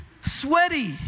Sweaty